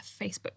Facebook